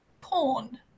porn